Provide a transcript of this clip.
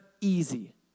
easy